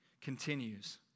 continues